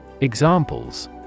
Examples